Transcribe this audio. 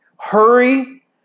Hurry